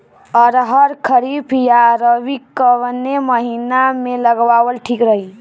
अरहर खरीफ या रबी कवने महीना में लगावल ठीक रही?